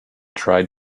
tried